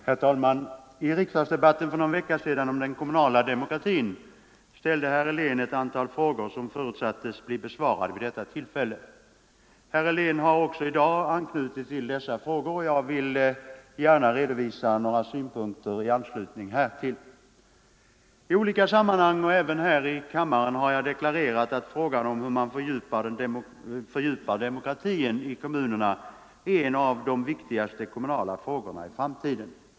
Herr talman! I riksdagsdebatten för någon vecka sedan om den kommunala demokratin ställde herr Helén ett antal frågor som förutsattes bli besvarade vid detta tillfälle. Herr Helén har också i dag anknutit till dessa frågor, och jag vill gärna redovisa några synpunkter i anslutning härtill. I olika sammanhang och även här i kammaren har jag deklarerat att frågan om hur man fördjupar demokratin i kommunerna är en av de viktigaste kommunala frågorna i framtiden.